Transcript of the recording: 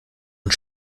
und